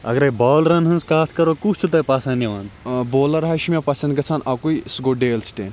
bowler حظ چھُ مےٚ پَسَنٛد گَژھان اَکُے سُہ گوٚو ڈیل سٹین